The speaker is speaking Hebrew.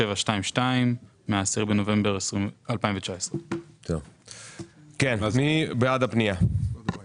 4722 מה-10 בנובמבר 2019. מי בעד אישור פנייה מספר 40-001?